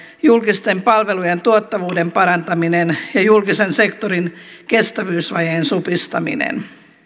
julkisten palvelujen tuottavuuden parantaminen ja julkisen sektorin kestävyysvajeen supistaminen